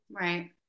Right